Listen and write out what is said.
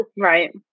Right